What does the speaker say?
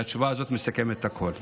והתשובה הזאת מסכמת הכול.